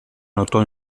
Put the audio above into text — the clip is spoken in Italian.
notò